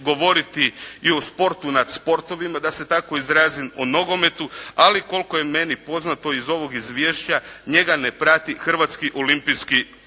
govoriti i o sportu nad sportovima, da se tako izrazim, o nogometu ali koliko je meni poznato iz ovog izvješća njega ne prati Hrvatski olimpijski odbor.